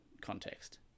context